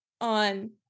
on